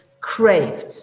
craved